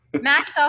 Max